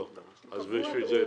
לא, אז בשביל זה,